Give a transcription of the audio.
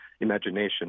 imagination